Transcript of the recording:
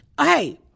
Hey